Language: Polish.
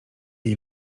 jej